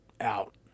out